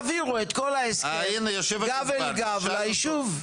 הם יעבירו את כל ההסכם גב אל גב ליישוב.